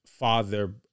father